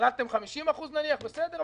הגדרתם 50%, נניח, בסדר.